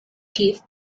teeth